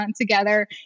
Together